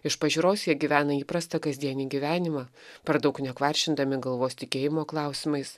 iš pažiūros jie gyvena įprastą kasdienį gyvenimą per daug nekvaršindami galvos tikėjimo klausimais